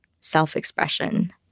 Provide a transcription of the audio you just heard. self-expression